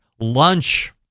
lunch